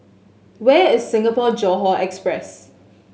where is Singapore Johore Express